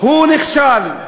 הוא נכשל.